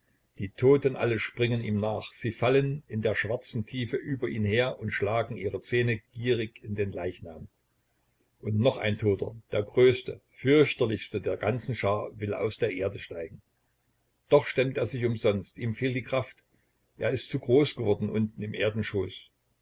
die toten alle springen ihm nach sie fallen in der schwarzen tiefe über ihn her und schlagen ihre zähne gierig in den leichnam und noch ein toter der größte fürchterlichste der ganzen schar will aus der erde steigen doch stemmt er sich umsonst ihm fehlt die kraft er ist zu groß geworden unten im